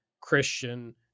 Christian